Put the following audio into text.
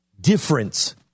difference